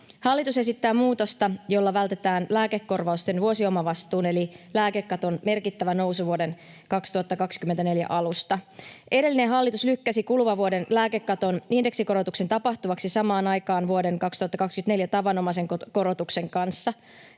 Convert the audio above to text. Hallitus esittää muutosta, jolla vältetään lääkekorvausten vuosiomavastuun eli lääkekaton merkittävä nousu vuoden 2024 alusta. Edellinen hallitus lykkäsi kuluvan vuoden lääkekaton indeksikorotuksen tapahtuvaksi samaan aikaan vuoden 2024 tavanomaisen korotuksen kanssa.